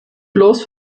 bloß